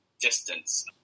distance